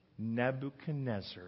Nebuchadnezzar